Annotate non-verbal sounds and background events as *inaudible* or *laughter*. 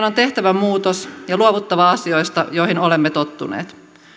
*unintelligible* on tehtävä muutos ja luovuttava asioista joihin olemme tottuneet